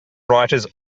writers